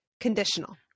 conditional